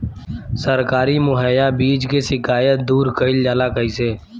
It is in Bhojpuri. सरकारी मुहैया बीज के शिकायत दूर कईल जाला कईसे?